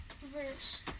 verse